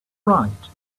right